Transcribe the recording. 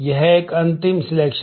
यह एक अंतिम सिलेक्शन